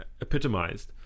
epitomized